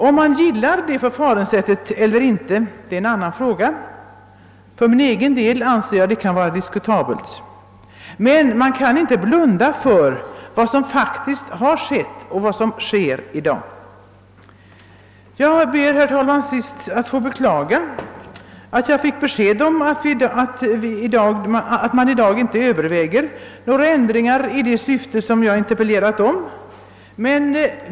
Om man gillar det förfaringssättet eller inte är en annan fråga — för min egen del anser jag att det kan vara diskutabelt — men man kan inte blunda för vad som faktiskt skett och sker. Jag ber till sist, herr talman, att få beklaga att jag fick besked om att man i dag inte överväger några ändringar i det syfte som jag interpellerat om.